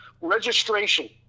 Registration